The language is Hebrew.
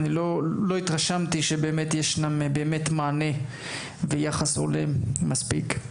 לא התרשמתי שיש באמת מענה ויחס הולם מספיק.